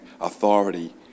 authority